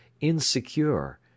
insecure